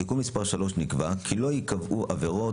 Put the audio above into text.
בתיקון מס' 3 נקבע כי לא ייקבעו עבירות,